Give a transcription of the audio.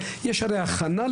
אבל מציבים אותה,